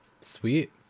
Sweet